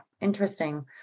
Interesting